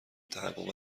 تحقق